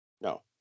No